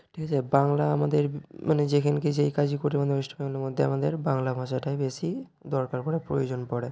ঠিক আছে বাংলা আমাদের মানে যেখানে যেই কাজই করি আমাদের ওয়েস্ট বেঙ্গলের মধ্যে আমাদের বাংলা ভাষাটাই বেশি দরকার পড়ে প্রয়োজন পড়ে